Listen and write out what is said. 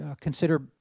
consider